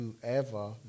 whoever